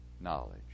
knowledge